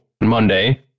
Monday